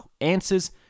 answers